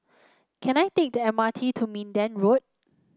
can I take the M R T to Minden Road